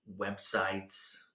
websites